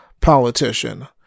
politician